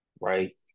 right